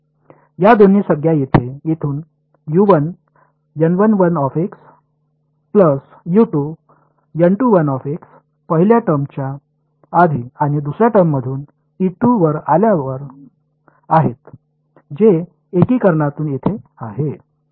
या दोन्ही संज्ञा येथून पहिल्या टर्मच्या आधी आणि दुसर्या टर्ममधून वर आल्या आहेत जे एकीकरणातून येत आहेत